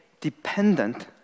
dependent